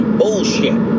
bullshit